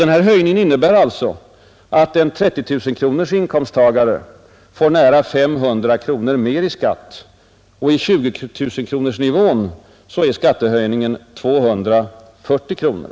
Den höjningen innebär att en 30 000-kronors inkomsttagare får nära 500 kronor mer i skatt, och på 20 000-kronorsnivån är skattehöjningen 240 kronor.